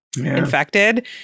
infected